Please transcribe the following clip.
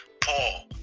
Paul